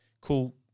Cool